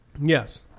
Yes